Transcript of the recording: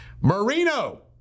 Marino